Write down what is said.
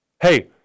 Hey